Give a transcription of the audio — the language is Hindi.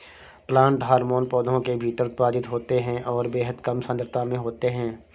प्लांट हार्मोन पौधों के भीतर उत्पादित होते हैंऔर बेहद कम सांद्रता में होते हैं